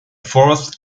fourth